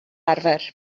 arfer